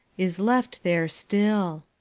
is left there still.